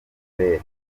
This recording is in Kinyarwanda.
isabel